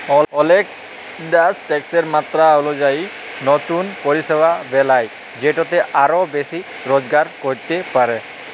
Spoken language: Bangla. অলেক দ্যাশ ট্যাকসের মাত্রা অলুজায়ি লতুল পরিষেবা বেলায় যেটতে আরও বেশি রজগার ক্যরতে পারে